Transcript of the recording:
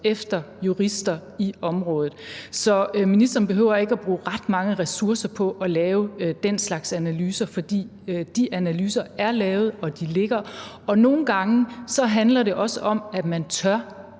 efter jurister i området. Så ministeren behøver ikke at bruge ret mange ressourcer på at lave den slags analyser, fordi de analyser er lavet, og de foreligger. Nogle gange handler det også om, at man tør